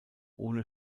ohne